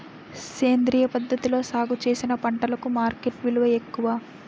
సేంద్రియ పద్ధతిలో సాగు చేసిన పంటలకు మార్కెట్ విలువ ఎక్కువ